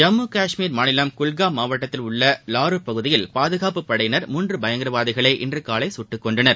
ஜம்மு கஷ்மீர் மாநிலம் குல்காம் மாவட்டத்தில் உள்ள வாரு பகுதியில் பாதுகாப்பு படையினர் மூன்று பயங்கரவாதிகளை இன்று காலை சுட்டுக்கொன்றனர்